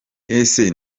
ese